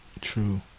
True